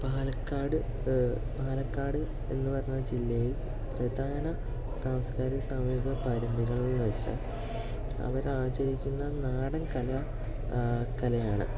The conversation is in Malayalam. പാലക്കാട് പാലക്കാട് എന്ന് പറഞ്ഞ ജില്ലയിൽ പ്രധാന സാംസ്കാരിക സാമൂഹിക പരമ്പര്യങ്ങൾ എന്ന് വെച്ചാൽ അവർ ആചരിക്കുന്ന നാടൻ കല കലയാണ്